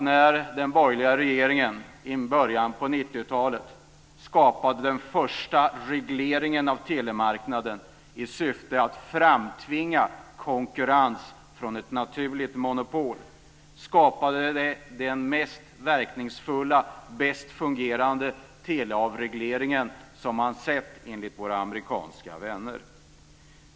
När den borgerliga regeringen i början av 90-talet införde den första regleringen av telemarknaden i syfte att framtvinga konkurrens från ett naturligt monopol skapades den mest verkningsfulla och bäst fungerande teleavregleringen som man har sett, enligt våra amerikanska vänner.